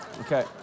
Okay